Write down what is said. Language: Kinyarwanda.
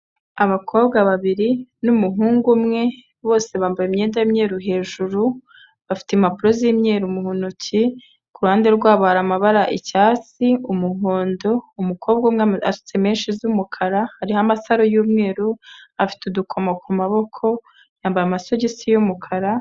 Abakobwa babiri n'umuhungu umwe, bose bambaye imyenda y'imyeru hejuru, bafite impapuro z'imyeru mu ntoki, ku ruhande rwabo hari amabara icyatsi, umuhondo, umukobwa umwe asutse meshi z'umukara, hariho amasaro y'umweru afite udukomo ku maboko, yambaye amasogisi y'umukara.